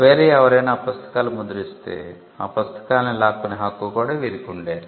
వేరే ఎవరైనా ఆ పుస్తకాలు ముద్రిస్తే ఆ పుస్తకాల్ని లాక్కునే హక్కు కూడా వీరికి ఉండేది